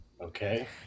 Okay